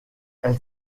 elle